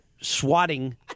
swatting